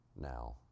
now